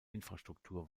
infrastruktur